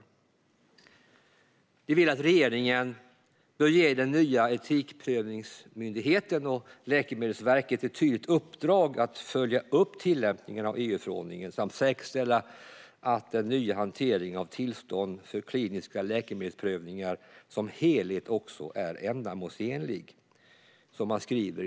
De skriver i sin reservation att regeringen bör "ge den nya Etikprövningsmyndigheten och Läkemedelsverket ett tydligt uppdrag att följa upp tillämpningen av EU-förordningen samt säkerställa att den nya hanteringen av tillstånd för kliniska läkemedelsprövningar som helhet också är ändamålsenlig".